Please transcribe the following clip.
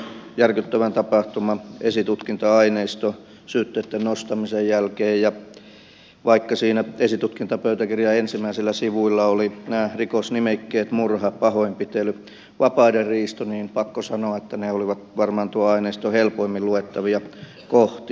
tilasin tuon järkyttävän tapahtuman esitutkinta aineiston syytteitten nostamisen jälkeen ja vaikka siinä esitutkintapöytäkirjan ensimmäisillä sivuilla olivat nämä rikosnimikkeet murha pahoinpitely vapaudenriisto niin pakko sanoa että ne olivat varmaan tuon aineiston helpoimmin luettavia kohtia